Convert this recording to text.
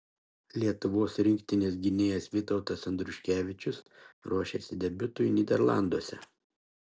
lietuvos rinktinės gynėjas vytautas andriuškevičius ruošiasi debiutui nyderlanduose